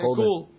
cool